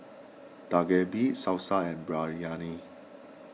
Dak Galbi Salsa and Biryani